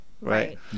right